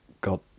got